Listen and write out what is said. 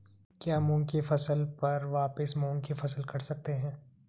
क्या मूंग की फसल पर वापिस मूंग की फसल कर सकते हैं?